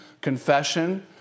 confession